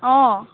অঁ